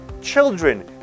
children